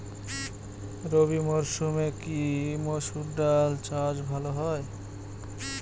রবি মরসুমে কি মসুর ডাল চাষ ভালো হয়?